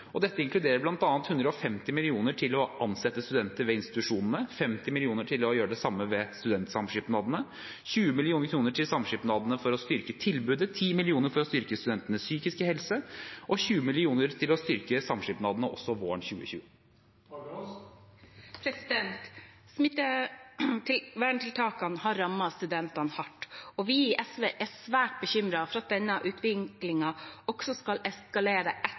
Dette inkluderer bl.a. 150 mill. kr til å ansette studenter ved institusjonene, 50 mill. kr til å gjøre det samme ved studentsamskipnadene, 20 mill. kr til samskipnadene for å styrke tilbudet, 10 mill. kr til å styrke studentenes psykiske helse og 20 mill. kr til å styrke samskipnadene også våren 2021. Smitteverntiltakene har rammet studentene hardt, og vi i SV er svært bekymret for at denne utviklingen skal eskalere også etter